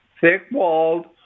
thick-walled